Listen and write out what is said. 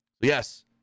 Yes